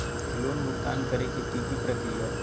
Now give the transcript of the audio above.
Loan भुगतान करे के की की प्रक्रिया होई?